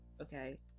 okay